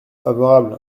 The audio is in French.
favorable